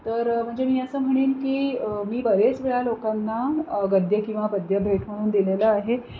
तर म्हणजे मी असं म्हणेन की मी बरेच वेळा लोकांना गद्य किंवा पद्य भेट म्हणून दिलेलं आहे